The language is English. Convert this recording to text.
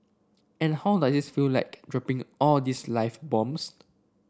and how does its feel like dropping all these live bombs